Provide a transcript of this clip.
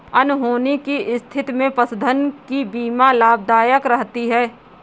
अनहोनी की स्थिति में पशुधन की बीमा लाभदायक रहती है